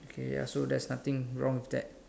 okay ya so there's nothing wrong with that